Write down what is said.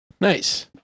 Nice